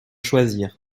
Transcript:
choisir